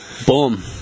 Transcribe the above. Boom